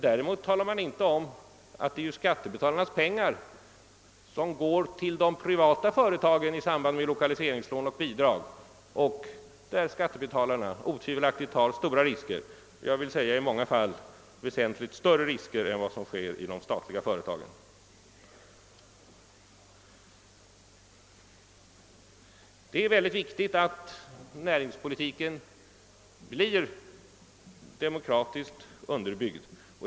Däremot nämner man inte att det är skattebetalarnas pengar som går till de privata företagen i form av lokaliseringslån och lokaliseringsbidrag, beträffande vilka skattebetalarna otvivelaktigt tar stora risker — i många fall väsentligt större risker än vad som är fallet när det gäller de statliga företagen. Det är mycket viktigt att näringspolitiken blir demokratiskt underbyggd.